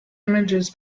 images